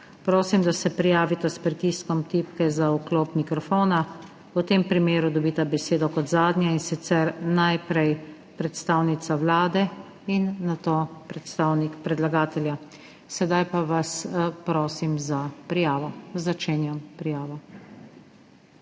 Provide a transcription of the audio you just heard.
prosim, da se prijavita s pritiskom tipke za vklop mikrofona, v tem primeru dobita besedo kot zadnja, in sicer najprej predstavnica Vlade in nato predstavnik predlagatelja. Sedaj pa vas prosim za prijavo. Začenjam prijavo.